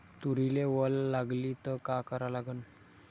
तुरीले वल लागली त का करा लागन?